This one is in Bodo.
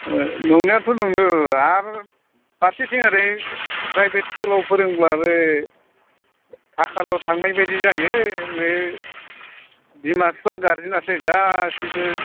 औ नंनायाथ' नांगौ आरो फारसेथिं ओरै प्रायभेत स्कुलाव फोरोंब्लाबो थाखाल' थांनायबायदि जायो बे बिमा बिफा गारजेना सो गासैबो